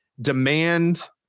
demand